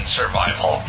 survival